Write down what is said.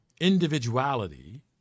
individuality